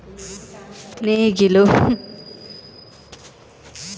ಪ್ರಾಚೀನ ಕಾಲದಲ್ಲಿ ಗದ್ದೆಯನ್ನು ಉಳುಮೆ ಮಾಡಲು ಯಾವ ಸಾಧನಗಳನ್ನು ಬಳಸುತ್ತಿದ್ದರು?